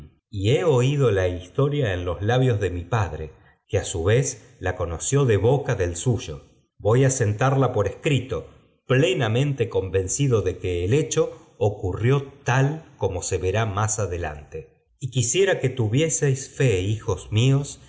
y he oído la historia en los labios de mi padre que á sü vez la conoció de boca del suyo voy á sentarla por escrito plenamente convencido de que el hecho ocurrió tal como se verá más adelante y quisiera que tuvieseis fe hijos míos